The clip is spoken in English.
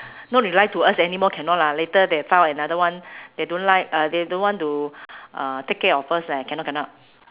no rely to us anymore cannot lah later they found another one they don't like uh they don't want to uh take care of us leh cannot cannot